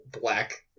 black